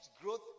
growth